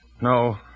No